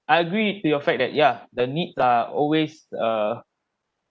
I agree to your fact that ya the needs are always err